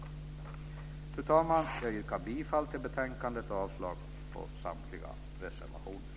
Jag yrkar bifall till utskottets hemställan i betänkandet och avslag på samtliga reservationer.